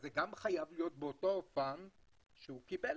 זה חייב להיות באותו פן שהוא הגיש.